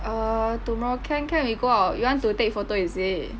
uh tomorrow can can we go out you want to take photo is it